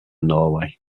norway